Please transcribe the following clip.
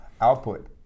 output